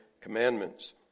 Commandments